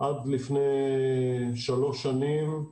לפני שלוש שנים,